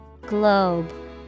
Globe